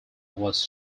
was